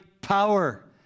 power